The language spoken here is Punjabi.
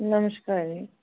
ਨਮਸਕਾਰ ਜੀ